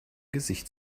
gesicht